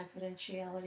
confidentiality